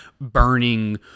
burning